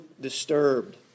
disturbed